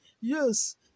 Yes